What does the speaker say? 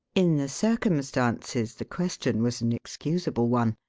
in the circumstances the question was an excusable one.